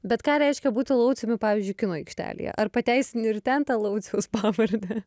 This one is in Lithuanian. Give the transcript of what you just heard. bet ką reiškia būti lauciumi pavyzdžiui kino aikštelėje ar pateisini ir ten tą lauciaus pavardę